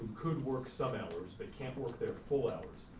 could work some hours but can't work their full hours,